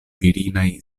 virinaj